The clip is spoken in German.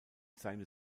seine